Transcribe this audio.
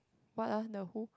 what ah the who